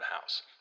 House